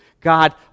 God